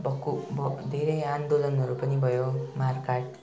भक्कु भ धेरै आन्दोलनहरू पनि भयो मारकाट